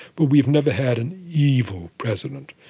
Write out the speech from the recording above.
but we've never had an evil president.